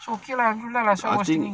okay lah good lah I was thinking